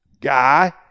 guy